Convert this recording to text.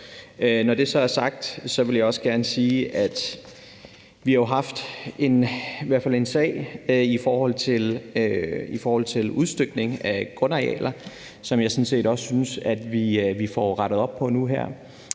Når det så er sagt, vil jeg også gerne sige, at vi jo har haft en sag i forhold til udstykning af grundarealer, som jeg sådan set også synes at vi får rettet op på nu her.